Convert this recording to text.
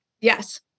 Yes